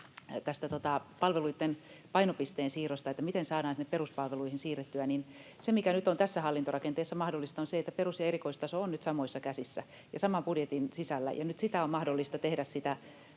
palveluitten painopisteen siirrosta, siitä, miten saadaan sinne peruspalveluihin siirrettyä. Se, mikä nyt on tässä hallintorakenteessa mahdollista, on se, että perus- ja erikoistaso ovat nyt samoissa käsissä ja saman budjetin sisällä. Ja nyt sitä valtaosin